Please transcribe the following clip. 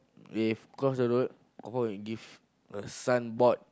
if cross the road confirm give a signboard